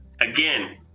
again